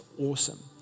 awesome